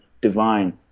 divine